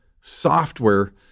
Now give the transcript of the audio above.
software